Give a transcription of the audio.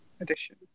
edition